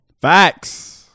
Facts